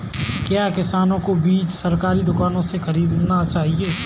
क्या किसानों को बीज सरकारी दुकानों से खरीदना चाहिए?